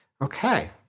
Okay